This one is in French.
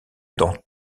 dans